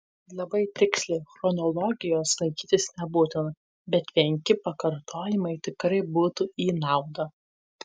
labai tiksliai chronologijos laikytis nebūtina bet penki pakartojimai tikrai būtų į naudą